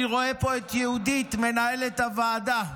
אני רואה פה את יהודית, מנהלת הוועדה.